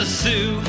sue